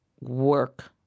work